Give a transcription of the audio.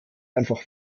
einfach